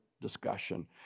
discussion